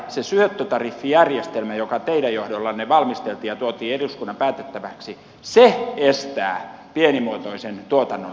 se syöttötariffijärjestelmä joka teidän johdollanne valmisteltiin ja tuotiin eduskunnan päätettäväksi se estää pienimuotoisen tuotannon verkkoon pääsyn